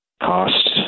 cost